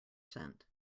sent